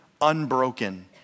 unbroken